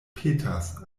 petas